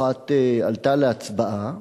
אחת עלתה להצבעה,